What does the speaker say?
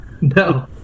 No